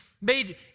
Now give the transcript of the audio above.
made